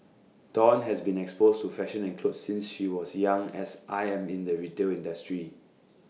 dawn has been exposed to fashion and clothes since she was young as I am in the retail industry